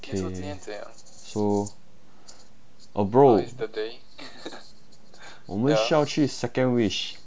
okay so oh bro 我们需要去 second wish